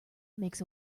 makes